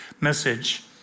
message